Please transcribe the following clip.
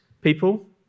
people